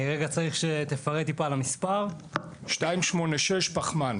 אלו פרויקטים הנדסיים,